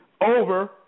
over